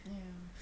ya